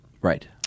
Right